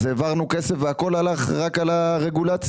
אז העברנו כסף והכול הלך רק על הרגולציה.